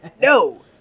no